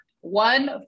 one